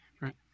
Right